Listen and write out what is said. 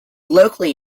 locally